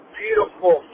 beautiful